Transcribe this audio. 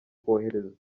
koherezwa